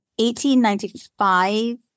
1895